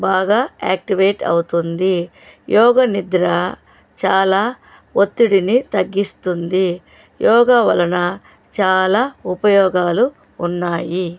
బాగా యాక్టివేట్ అవుతుంది యోగ నిద్ర చాలా ఒత్తిడిని తగ్గిస్తుంది యోగా వలన చాలా ఉపయోగాలు ఉన్నాయి